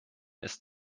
ist